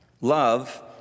Love